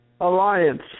Alliance